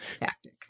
tactic